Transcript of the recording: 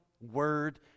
word